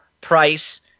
Price